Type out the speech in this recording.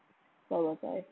four or five